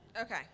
Okay